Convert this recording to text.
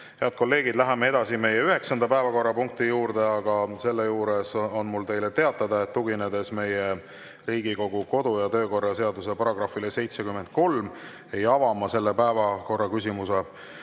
kolleegid, läheme edasi üheksanda päevakorrapunkti juurde, aga selle juures on mul teile teatada, et tuginedes meie Riigikogu kodu‑ ja töökorra seaduse §‑le 73, ei ava ma selle päevakorraküsimuse